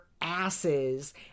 asses